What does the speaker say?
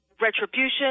retribution